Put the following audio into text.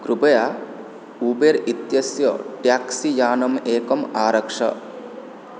कृपया ऊबेर् इत्यस्य ट्याक्सीयानम् एकम् आरक्ष